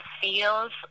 feels